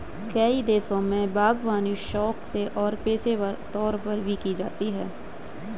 कई देशों में बागवानी शौक से और पेशेवर तौर पर भी की जाती है